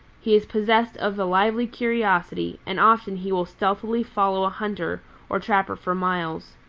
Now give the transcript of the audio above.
he is possessed of a lively curiosity, and often he will stealthily follow a hunter or trapper for miles.